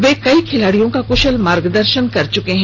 वे कई खिलाडियों का कृशल मार्गदर्शन कर चुके हैं